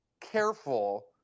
careful